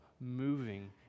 moving